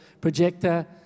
projector